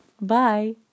Bye